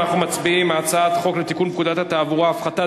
אנחנו מצביעים: הצעת חוק לתיקון פקודת התעבורה (הפחתת